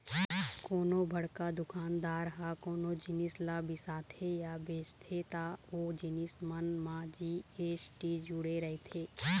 कोनो बड़का दुकानदार ह कोनो जिनिस ल बिसाथे या बेचथे त ओ जिनिस मन म जी.एस.टी जुड़े रहिथे